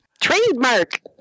Trademark